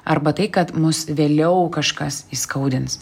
arba tai kad mus vėliau kažkas įskaudins